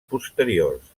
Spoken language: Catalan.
posteriors